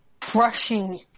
crushing